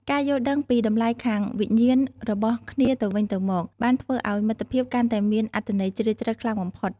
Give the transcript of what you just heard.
ការយល់ដឹងពីតម្លៃខាងវិញ្ញាណរបស់គ្នាទៅវិញទៅមកបានធ្វើឱ្យមិត្តភាពកាន់តែមានអត្ថន័យជ្រាលជ្រៅខ្លាំងបំផុត។